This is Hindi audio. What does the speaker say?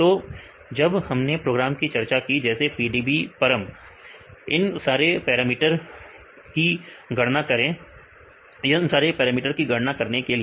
तो जब हमने प्रोग्राम की चर्चा की जैसे PDBparam इन सारे पैरामीटर की गणना करने के लिए